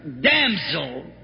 damsel